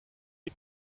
die